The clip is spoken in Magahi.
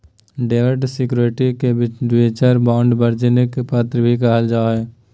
डेब्ट सिक्योरिटी के डिबेंचर, बांड, वाणिज्यिक पत्र भी कहल जा हय